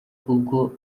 ubwo